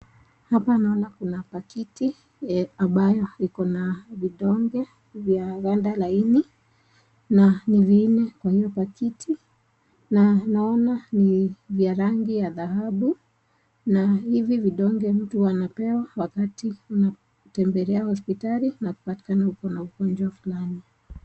Hapa naona kuna pakiti ambayo iko na vidonge vya banda laini, na ni vile kwa hio pakiti. Na naona ni vya rangi ya dhahabu na hivi vidonge mtu anapewa wakati unapotembelea hosipitali unapatana uko na ugonjwa fulani.